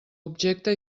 objecte